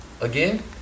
again